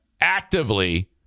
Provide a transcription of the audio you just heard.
actively